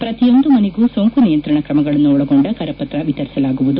ಪ್ರತಿಯೊಂದು ಮನೆಗೂ ಸೋಂಕು ನಿಯಂತ್ರಣ ಕ್ರಮಗಳನ್ನು ಒಳಗೊಂಡ ಕರವತ್ರ ವಿತರಿಸಲಾಗುವುದು